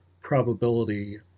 probability